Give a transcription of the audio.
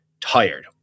tired